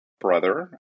brother